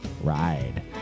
ride